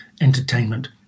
entertainment